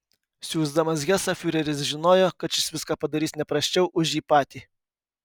siųsdamas hesą fiureris žinojo kad šis viską padarys ne prasčiau už jį patį